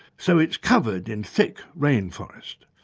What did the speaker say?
so it's covered in thick rainforest.